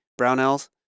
brownells